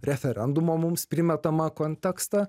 referendumo mums primetamą kontekstą